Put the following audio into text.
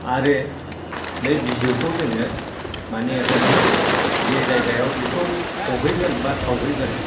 आरो बै बिजौखौ जोङो माने हजोंहाय जे जायगायाव बेखौ फबहैगोन बा सावहैगोन